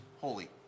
holy